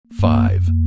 Five